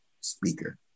speaker